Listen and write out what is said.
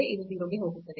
ಇದು 0 ಗೆ ಹೋಗುತ್ತದೆ